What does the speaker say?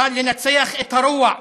נוכל לנצח את הרוע,